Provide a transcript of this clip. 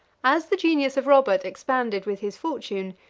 as the genius of robert expanded with his fortune,